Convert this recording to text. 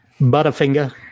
Butterfinger